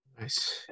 Nice